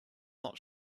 not